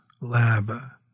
lava